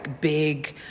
big